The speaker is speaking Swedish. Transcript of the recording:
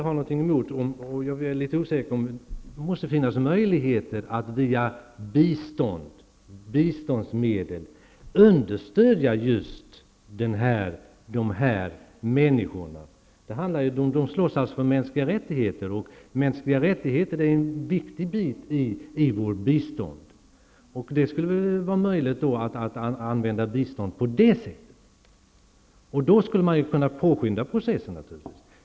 Jag menar att det måste finnas möjligheter att med biståndsmedel understödja just dessa människor. Dessa människor slåss för mänskliga rättigheter, och mänskliga rättigheter utgör en viktig del av vårt bistånd. Skulle det inte vara möjligt att använda biståndet på det sättet? Man skulle på så sätt kunna påskynda processen.